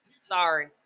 Sorry